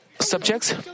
subjects